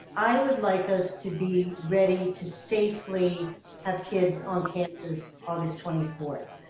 i would like those to be ready to safely have kids on campus august twenty fourth.